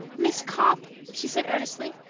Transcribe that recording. miss copp, she said earnestly.